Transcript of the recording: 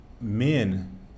men